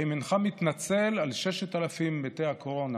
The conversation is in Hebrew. האם אינך מתנצל על 6,000 מתי הקורונה?